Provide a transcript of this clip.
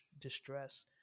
distress